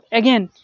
again